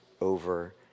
over